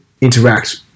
interact